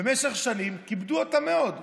במשך שנים כיבדו אותם מאוד.